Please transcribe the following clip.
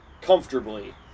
comfortably